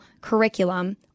curriculum